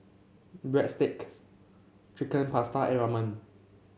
Breadsticks Chicken Pasta and Ramen